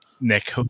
Nick